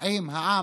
עם העם,